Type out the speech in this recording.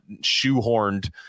shoehorned